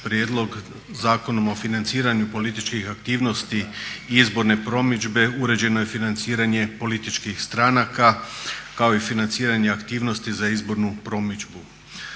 prijedlog, Zakonom o financiranju političkih aktivnosti izborne promidžbe uređeno je financiranje političkih stranaka kao i financiranje aktivnosti za izbornu promidžbu.